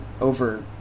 over